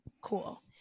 Cool